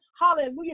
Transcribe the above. hallelujah